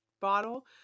bottle